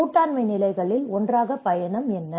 கூட்டாண்மை நிலைகளில் ஒன்றாக பயணம் என்ன